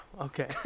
okay